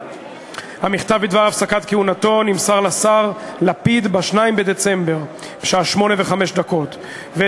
המכתב בדבר הפסקת כהונתו נמסר לשר לפיד ב-2 בדצמבר בשעה 08:05. ב.